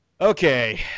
Okay